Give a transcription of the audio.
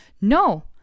no